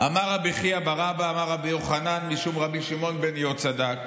"אמר רבי חייא בר אבא אמר רבי יוחנן משום רבי שמעון בן יהוצדק: